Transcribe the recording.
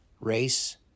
race